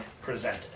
presented